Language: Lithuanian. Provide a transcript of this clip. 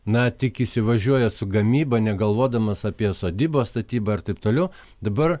na tik įsivažiuoja su gamyba negalvodamas apie sodybos statybą ir taip toliau dabar